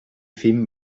fin